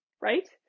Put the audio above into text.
right